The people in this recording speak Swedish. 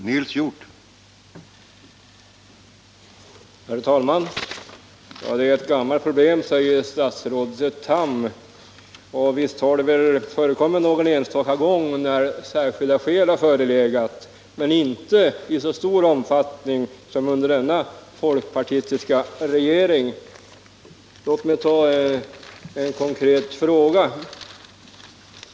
Herr talman! Det är ett gammalt problem, säger statsrådet Tham. Visst har det väl förekommit tidigare någon enstaka gång, när särskilda skäl har förelegat, men inte i så stor omfattning som under denna folkpartistiska regering. Låt mig som exempel ta en konkret fråga.